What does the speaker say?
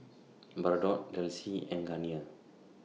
Bardot Delsey and Garnier